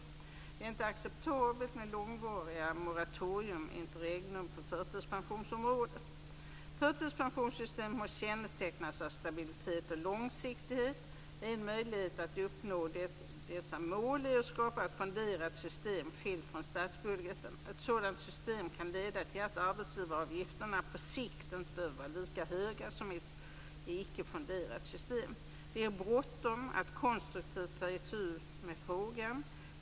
Det är inte acceptabelt med långvariga moratorium - Förtidspensionssystemet måste kännetecknats av stabilitet och långsiktighet. En möjlighet att uppnå detta mål är att skapa ett fonderat system skilt från statsbudgeten. Ett sådant system kan leda till att arbetsgivaravgifterna på sikt inte behöver vara lika höga som i ett icke fonderat system. Det är bråttom att konstruktivt ta itu med frågan.